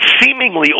seemingly